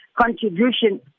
contribution